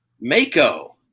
Mako